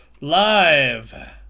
Live